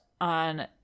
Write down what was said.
on